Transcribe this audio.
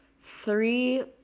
three